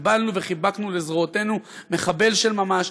קיבלנו וחיבקנו לזרועותינו מחבל של ממש,